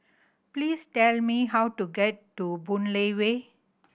please tell me how to get to Boon Lay Way